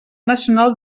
nacional